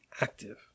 active